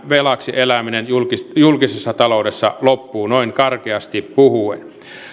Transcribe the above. velaksi eläminen julkisessa julkisessa taloudessa loppuu noin karkeasti puhuen